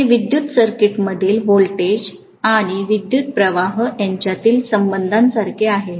हे विद्युत सर्किटमधील व्होल्टेज आणि विद्युत् प्रवाह यांच्यातील संबंधांसारखेच आहे